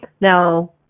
Now